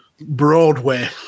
Broadway